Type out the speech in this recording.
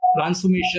transformation